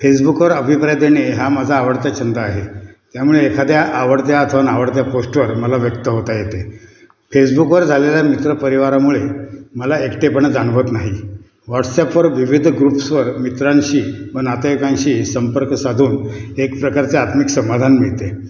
फेसबुकवर अभिप्राय देणे हा माझा आवडता छंद आहे त्यामुळे एखाद्या आवडत्या अथवा नावडत्या पोस्टवर मला व्यक्त होता येते फेसबुकवर झालेल्या मित्रपरिवारामुळे मला एकटेपणा जाणवत नाही व्हॉट्सॲपवर विविध ग्रुप्सवर मित्रांशी व नातेवाईकांशी संपर्क साधून एक प्रकारचे आत्मिक समाधान मिळते